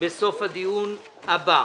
בסוף הדיון הבא.